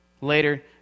Later